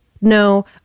no